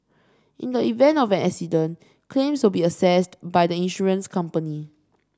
in the event of an accident claims will be assessed by the insurance company